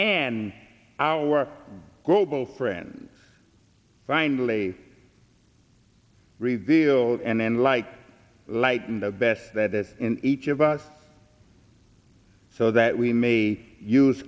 and our global friends finally revealed and like lighten the best that in each of us so that we may use